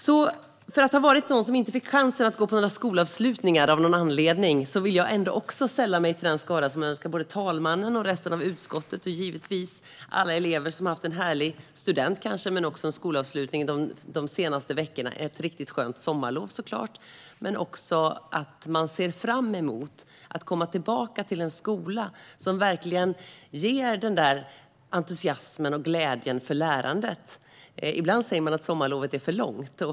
Även om jag av någon anledning inte fick chans att gå på någon skolavslutning vill jag sälla mig till den skara som önskar talmannen, resten av utskottet och givetvis alla elever, som har haft en härlig student och en skolavslutning de senaste veckorna, ett riktigt skönt sommarlov. Jag önskar att de ser fram emot att komma tillbaka till en skola som ger entusiasm och glädje inför lärandet. Ibland säger man att sommarlovet är för långt.